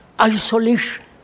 isolation